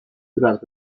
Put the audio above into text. tras